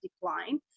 decline